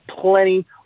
plenty